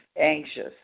anxious